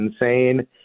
insane